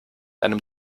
einem